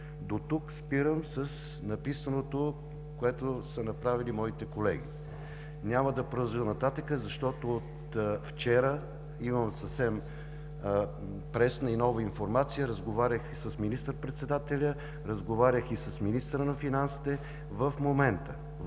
Дотук спирам с написаното, което са направили моите колеги. Няма да продължа нататък, защото от вчера имам съвсем прясна и нова информация, разговарях и с министър-председателя,